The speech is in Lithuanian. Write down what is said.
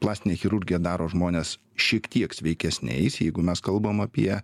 plastinė chirurgija daro žmones šiek tiek sveikesniais jeigu mes kalbam apie